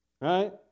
right